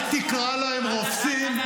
לתדרך אסור.